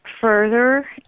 further